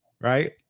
right